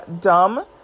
dumb